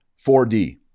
4D